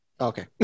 Okay